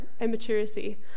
immaturity